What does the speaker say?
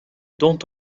dont